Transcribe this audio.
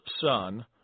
son